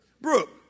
Brooke